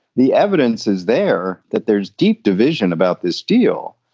the evidence is there that there's deep division about this deal.